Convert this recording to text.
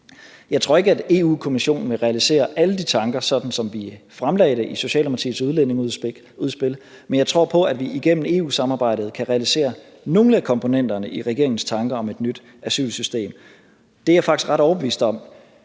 Jeg tror ikke, at Europa-Kommissionen vil realisere alle de tanker, som vi fremlagde i Socialdemokratiets udlændingeudspil, men jeg tror på, at vi igennem EU-samarbejdet kan realisere nogle af komponenterne i regeringens tanker om et nyt asylsystem. Det er jeg faktisk ret overbevist om,